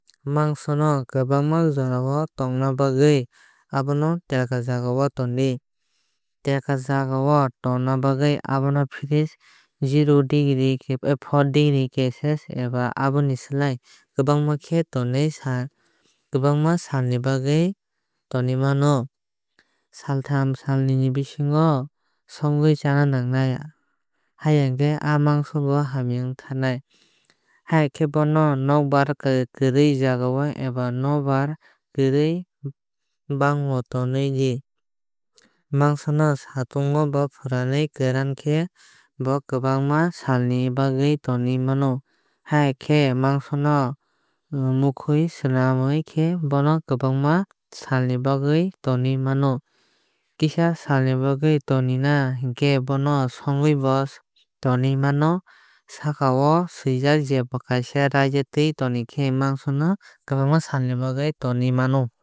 Mangso no kwbang jora tongna bagwi abono telkar jagao tondi. Telkar jagao tonna bagwi bono fridge o 4°C eba aboni sai kwbangma sal bagwui tonwui mano. Saltham salnui ni bisingo songwui chana nangnai haiya a mangso bo hamya ongwui thanai. Haiya khe bono nokbar kwrwi jaga eba nokbar kwrwi bango o tonwi ton di. Mangso no satungo fwranui kwran khe bo kwbangma sal ni bagwi tonwi mano. Haiya khe mangso mukhui swlamui khe bono kwbangma sal ni bagwi tonwi mano. Kisa sal ni bagwi tonina hinkhe bono sangwi bo tonwui mano. Saka o sajak jeba kaaisaa raida twi toni khe mangso no kwbangma sal ni bagwi tonwi mano.